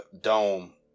dome